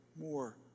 more